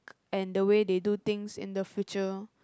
and the way they do things in the future